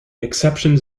exceptions